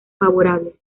favorables